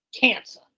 cancer